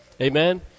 Amen